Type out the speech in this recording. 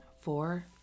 four